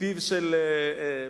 מפיו של פלסנר.